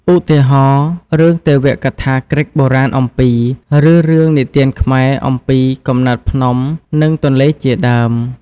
ឧទាហរណ៍ រឿងទេវកថាក្រិកបុរាណអំពី ឬរឿងនិទានខ្មែរអំពីកំណើតភ្នំ និងទន្លេជាដើម ។